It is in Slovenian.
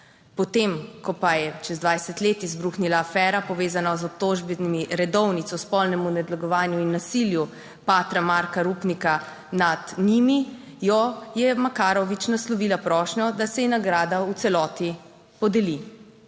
Potem ko pa je čez 20 let izbruhnila afera, povezana z obtožbami redovnic o spolnem nadlegovanju in nasilju patra Marka Rupnika nad njimi, jo je Makarovič naslovila prošnjo, da se ji nagrada v celoti podeli.